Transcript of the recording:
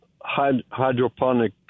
hydroponic